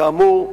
כאמור,